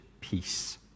peace